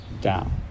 down